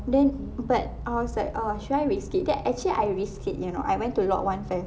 then but I was like uh should I risk it then actually I risked it you know I went to lot one first